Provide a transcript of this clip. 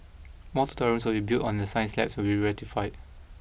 more tutorial rooms will be built on the science labs will be retrofitted